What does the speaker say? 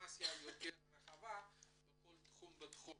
אינפורמציה יותר רחבה בכל תחום ותחום